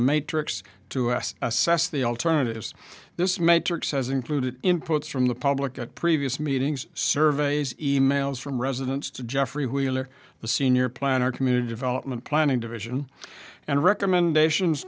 matrix to us assess the alternatives this metric says included inputs from the public at previous meetings surveys emails from residents to geoffrey wheeler the senior planner community development planning division and recommendations